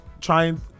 trying